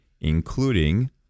including